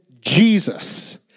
Jesus